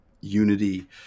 unity